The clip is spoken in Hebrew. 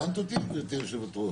הבנת אותי, גברתי היושבת-ראש?